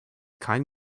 kein